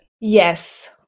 Yes